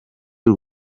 y’u